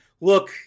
look